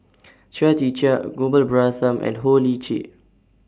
Chia Tee Chiak Gopal Baratham and Ho Lick Chee